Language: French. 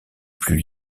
plus